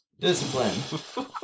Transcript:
Discipline